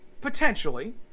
potentially